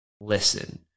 listen